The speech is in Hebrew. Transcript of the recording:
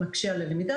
מקשה על הלמידה,